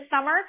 summer